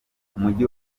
umujyi